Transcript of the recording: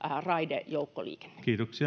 raidejoukkoliikenne